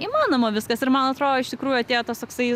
įmanoma viskas ir man atro iš tikrųjų atėjo tas toksai